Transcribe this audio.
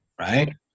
right